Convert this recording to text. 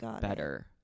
better